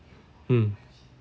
mm